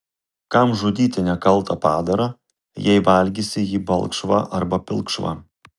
kam žudyti nekaltą padarą jei valgysi jį balkšvą arba pilkšvą